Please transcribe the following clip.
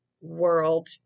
world